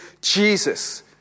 Jesus